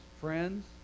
Friends